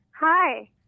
Hi